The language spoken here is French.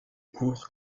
cours